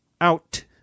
Out